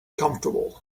comfortable